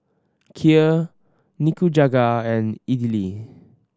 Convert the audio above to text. Kheer Nikujaga and Idili